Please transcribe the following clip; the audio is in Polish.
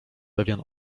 pewien